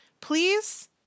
please